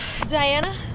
Diana